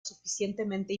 suficientemente